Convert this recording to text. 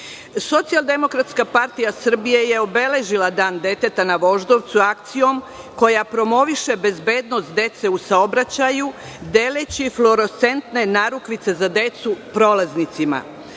škole. Socijaldemokratska partija Srbije je obeležila Dan deteta na Voždovcu akcijom koja promoviše bezbednost dece u saobraćaju, deleći fluorescentne narukvice za decu prolaznicima.